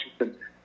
Washington